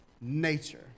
nature